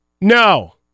No